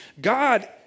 God